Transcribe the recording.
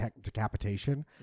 decapitation